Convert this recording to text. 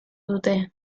dute